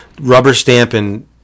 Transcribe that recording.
rubber-stamping